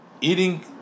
eating